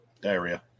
Diarrhea